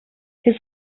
his